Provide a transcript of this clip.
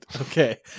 okay